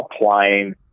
applying